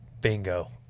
Bingo